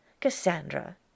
Cassandra